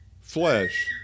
flesh